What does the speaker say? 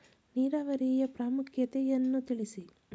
ನೀರಾವರಿಯ ಪ್ರಾಮುಖ್ಯತೆ ಯನ್ನು ತಿಳಿಸಿ?